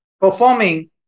performing